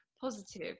positive